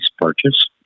purchase